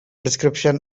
description